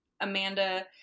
Amanda